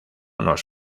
nos